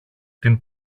την